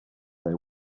they